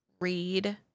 read